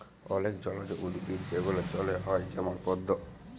অলেক জলজ উদ্ভিদ যেগলা জলে হ্যয় যেমল পদ্দ